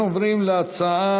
אנחנו עוברים להצעות